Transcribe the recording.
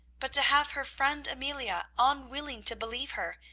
but to have her friend amelia unwilling to believe her,